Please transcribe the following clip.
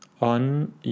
on